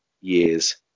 years